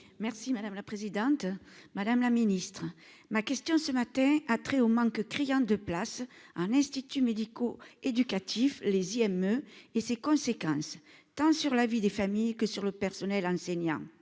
Merci madame la présidente, madame la ministre ma question ce matin a au manque criant de places, un institut médico-éducatif les IME et ses conséquences tant sur la vie des familles que sur le personnel enseignant,